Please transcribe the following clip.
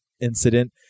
incident